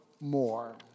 more